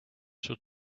should